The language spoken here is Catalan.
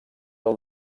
del